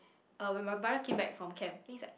uh when my brother came back from camp then he's like